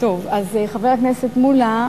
חבר הכנסת מולה,